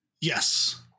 Yes